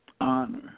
honor